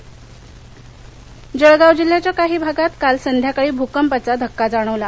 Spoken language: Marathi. भकंप जळगाव जळगाव जिल्ह्याच्या काही भागात काल संध्याकाळी भूकंपाचा धक्का जाणवला